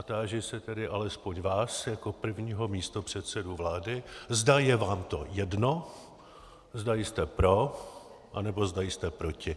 Táži se tedy alespoň vás jako prvního místopředsedy vlády, zda je vám to jedno, zda jste pro, anebo zda jste proti.